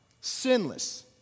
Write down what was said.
sinless